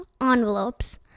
envelopes